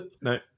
no